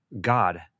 God